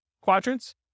quadrants